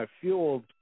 fueled